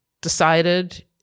decided